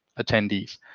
attendees